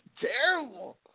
terrible